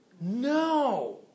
No